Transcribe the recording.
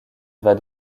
vas